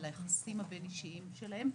על היחסים הבין-אישיים שלהם,